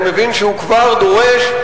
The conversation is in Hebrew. אני מבין שהוא כבר דורש,